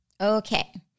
Okay